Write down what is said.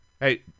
Hey